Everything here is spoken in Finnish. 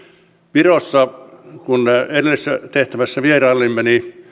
virossa kun edellisessä tehtävässä siellä vierailimme